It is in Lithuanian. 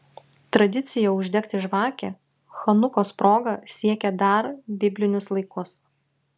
tradicija uždegti žvakę chanukos proga siekia dar biblinius laikus